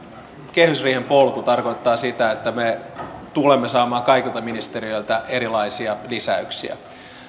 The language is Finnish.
kehysriihen polku tarkoittaa sitä että me tulemme saamaan kaikilta ministeriöiltä erilaisia lisäyksiä